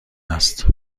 است